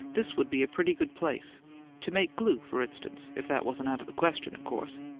this would be a pretty good place to make glue, for instance, if that wasn't out of the question, of course.